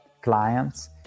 clients